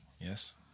Yes